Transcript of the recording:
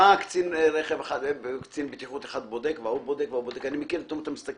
שבא קצין בטיחות אחד, בודק, וההוא בודק - ואם יש